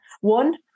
One